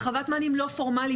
הרחבת מענים לא פורמליים.